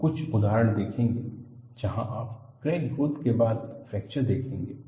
हम कुछ उदाहरण देखेंगे जहां आप क्रैक ग्रोथ के बाद फ्रैक्चर देखते हैं